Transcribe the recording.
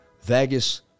Vegas